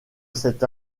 cette